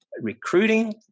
Recruiting